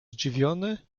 zdziwiony